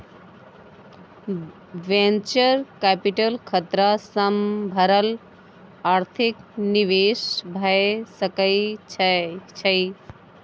venture capital खतरा सँ भरल आर्थिक निवेश भए सकइ छइ